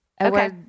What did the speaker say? Okay